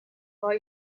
vor